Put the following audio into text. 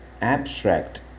abstract